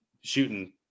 shooting